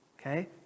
Okay